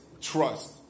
Trust